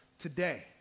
today